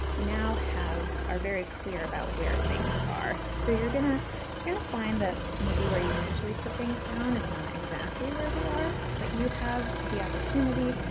you now have are very clear about where things are. so you're gonna you're gonna find that maybe where you initially put things down is not exactly where they are, but you have the opportunity,